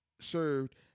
served